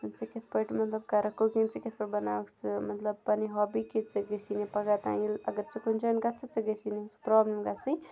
ژٕ کِتھ پٲٹھۍ مطلب کَرَکھ کُکِنٛگ ژٕ کِتھ پٲٹھۍ بَناوَکھ ژٕ مطلب پَنٕنۍ ہابی کہِ ژےٚ گژھی نہٕ پَگاہ تانۍ ییٚلہِ اگر ژٕ کُنہِ جایَن گژھکھ ژےٚ گژھی نہٕ سُہ پرٛابلِم گژھٕنۍ